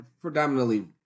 predominantly